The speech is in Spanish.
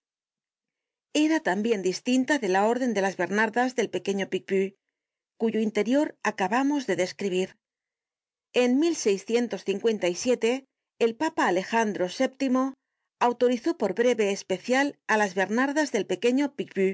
era tambien distinta de la orden de las bernardas del pequeño piepus cuyo interior acabamos de describir en el papa alejandro vii autorizó por breve especial á las bernardas del pequeño picpus